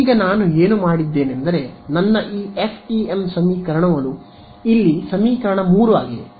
ಈಗ ನಾನು ಏನು ಮಾಡಿದ್ದೇನೆಂದರೆ ನನ್ನ ಈ ಎಫ್ಇಎಂ ಸಮೀಕರಣವು ಇಲ್ಲಿ ಸಮೀಕರಣ 3 ಆಗಿದೆ